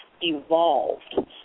Evolved